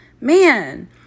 Man